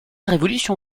révolution